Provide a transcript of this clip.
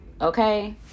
okay